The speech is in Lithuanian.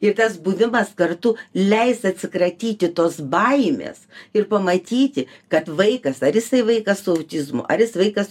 ir tas buvimas kartu leis atsikratyti tos baimės ir pamatyti kad vaikas ar jisai vaikas su autizmu ar jis vaikas